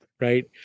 right